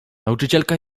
nauczycielka